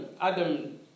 Adam